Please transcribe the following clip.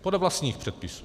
Podle vlastních předpisů.